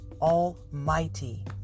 almighty